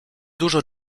dużo